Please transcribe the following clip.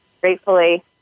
gratefully